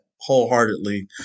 wholeheartedly